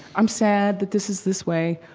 i'm sad that this is this way.